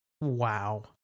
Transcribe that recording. Wow